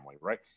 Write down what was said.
right